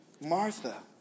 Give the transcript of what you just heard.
Martha